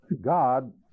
God